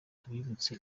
tubibutse